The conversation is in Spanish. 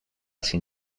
sin